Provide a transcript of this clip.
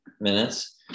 minutes